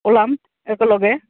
ওলাম একেলগে